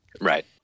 Right